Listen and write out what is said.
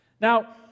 now